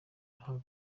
ruhago